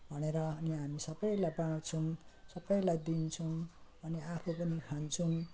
भनेर अनि हामी सबैलाई बाँढ्छौँ सबैलाई दिन्छौँ अनि आफू पनि खान्छौँ